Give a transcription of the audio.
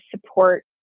support